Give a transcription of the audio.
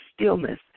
stillness